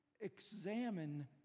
examine